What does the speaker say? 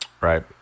right